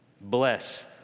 bless